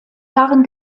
jahren